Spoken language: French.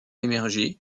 émerger